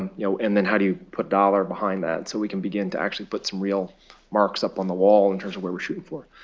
um you know and then how do you put dollar behind that so we can begin to actually put real marks up on the wall in terms of where we're shooting for.